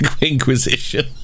inquisition